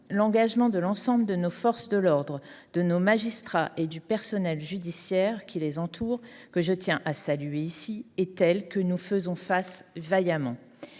l'engagement de l'ensemble de nos forces de l'ordre, de nos magistrats et du personnel judiciaire qui les entourent, que je tiens à saluer ici, est tel que nous faisons face vaillamment.